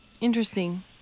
Interesting